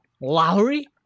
Lowry